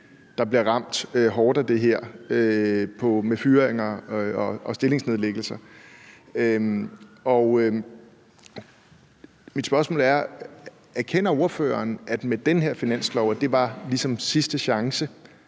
der bliver ramt hårdt af det her med fyringer og stillingsnedlæggelser. Mit spørgsmål er: Erkender ordføreren, at med den her finanslov var det ligesom sidste chance